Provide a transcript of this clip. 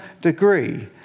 degree